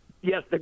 Yes